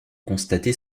constater